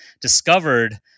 discovered